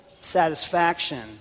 satisfaction